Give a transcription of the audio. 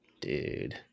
Dude